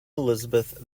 elizabeth